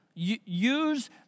Use